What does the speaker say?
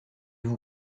vous